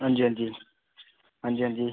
हांजी हांजी हांजी हांजी